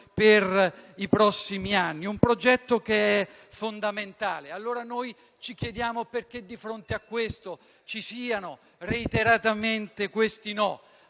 per i prossimi anni: un progetto che è fondamentale. Noi allora ci chiediamo perché, di fronte a questo, ci siano reiteratamente questi no.